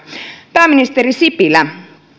pääministeri sipilä